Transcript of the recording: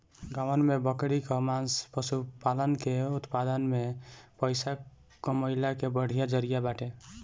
गांवन में बकरी कअ मांस पशुपालन के उत्पादन में पइसा कमइला के बढ़िया जरिया बाटे